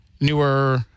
newer